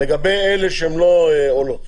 לגבי אלה שהן לא עולות.